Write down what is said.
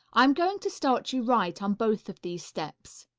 i am going to start you right on both of these steps.